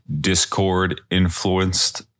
Discord-influenced